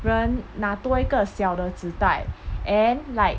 人拿多一个小的纸袋 and like